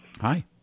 Hi